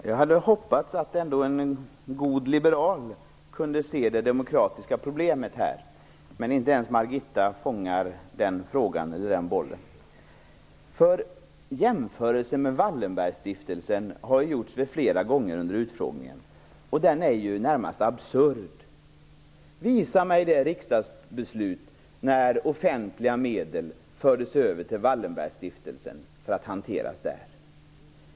Fru talman! Jag hade hoppats att en god liberal skulle ha kunnat se det demokratiska problemet här. Men inte ens Margitta Edgren fångar den bollen. Jämförelsen med Wallenbergstiftelsen har gjorts flera gånger under utfrågningen och den är närmast absurd. Visa på ett riksdagsbeslut där offentliga medel förts över till Wallenbergstiftelsen för att hanteras där!